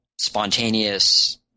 spontaneous